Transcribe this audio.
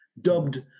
dubbed